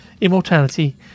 Immortality